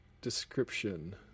description